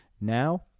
Now